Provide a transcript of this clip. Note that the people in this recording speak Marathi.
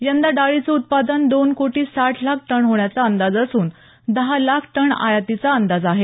यंदा डाळींचं उत्पादन दोन कोटी साठ लाख टन होण्याचा अंदाज असून दहा लाख टन आयातीचा अंदाज आहे